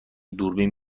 دوربین